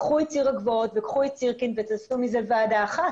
קחו את ציר הגבעות וקחו את סירקין ותעשו מזה ועדה אחת.